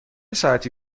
ساعتی